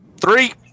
three